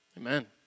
amen